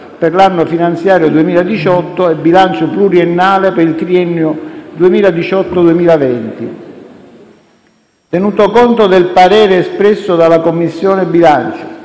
per l'anno finanziario 2018 e bilancio pluriennale per il triennio 2018-2020». Tenuto conto del parere espresso dalla Commissione bilancio,